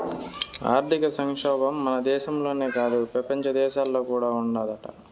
ఆర్థిక సంక్షోబం మన దేశంలోనే కాదు, పెపంచ దేశాల్లో కూడా ఉండాదట